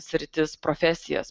sritis profesijas